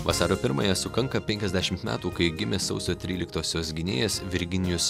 vasario pirmąją sukanka penkiasdešim metų kai gimė sausio tryliktosios gynėjas virginijus